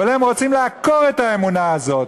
אבל הם רוצים לעקור את האמונה הזאת,